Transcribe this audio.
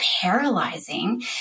paralyzing